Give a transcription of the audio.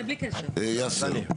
יאסר.